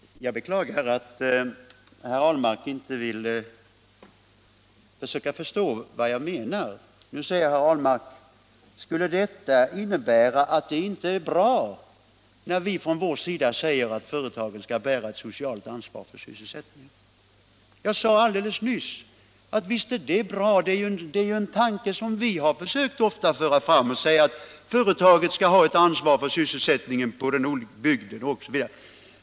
Herr talman! Jag beklagar att herr Ahlmark inte vill försöka förstå vad jag menar. Nu frågar herr Ahlmark: Skulle det innebära att det inte är bra när vi från vår sida säger att företagen skall bära ett socialt ansvar för sysselsättningen? Jag sade alldeles nyss, att visst är det bra. Det är ju en tanke som vi ofta för fram att företagen skall ha ett ansvar för sysselsättningen inom den bygd och på den ort där de verkar.